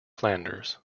flanders